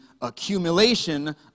accumulation